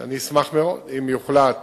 אשמח אם יוחלט